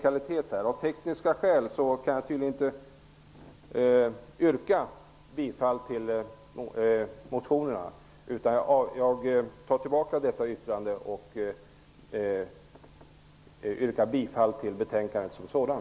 Av tekniska skäl kan jag tydligen inte yrka bifall till motionerna. Jag tar tillbaka mitt yrkande därvidlag och yrkar bifall till utskottets hemställan.